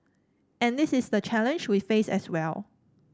and this is the challenge we face as well